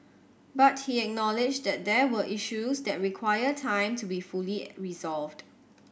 but he acknowledged that there were issues that require time to be fully resolved